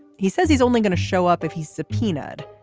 he says he's only going to show up if he's subpoenaed.